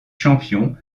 champion